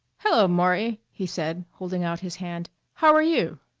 hello, maury! he said, holding out his hand. how are you?